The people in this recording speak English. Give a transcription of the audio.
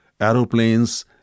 aeroplanes